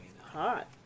Hot